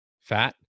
fat